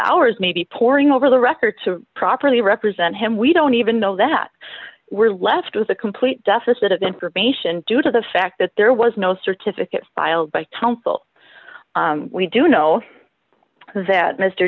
hours maybe poring over the record to properly represent him we don't even know that we're left with a complete deficit of information due to the fact that there was no certificate filed by counsel we do know that mr